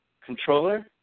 controller